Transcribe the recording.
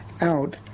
out